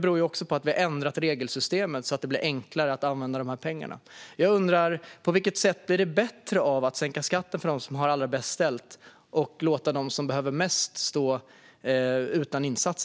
Det beror också på att vi har ändrat regelsystemet, så att det blir enklare att använda dessa pengar. Jag undrar på vilket sätt det blir bättre att sänka skatten för dem som har det allra bäst ställt och låta dem som behöver insatser mest stå utan sådana.